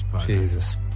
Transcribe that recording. Jesus